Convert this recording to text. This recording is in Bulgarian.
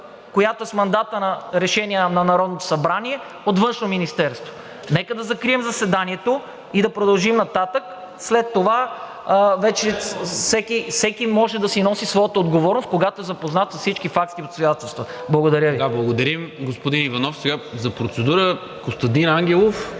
която е с мандат на решение на Народното събрание – от Външно министерство. Нека да закрием заседанието и да продължим нататък. След това вече всеки може да си носи своята отговорност, когато е запознат с всички факти и обстоятелства. Благодаря Ви. ПРЕДСЕДАТЕЛ НИКОЛА МИНЧЕВ: Благодаря, господин Иванов. За процедура Костадин Ангелов,